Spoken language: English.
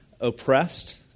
oppressed